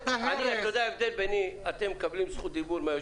אתם מקבלים זכות דיבור מהיושב-ראש,